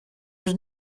was